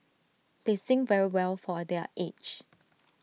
they sing very well for A their age